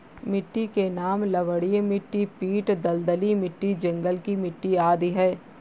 मिट्टी के नाम लवणीय मिट्टी, पीट दलदली मिट्टी, जंगल की मिट्टी आदि है